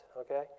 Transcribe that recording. okay